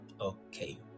Okay